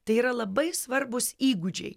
tai yra labai svarbūs įgūdžiai